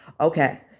Okay